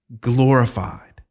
glorified